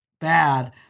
bad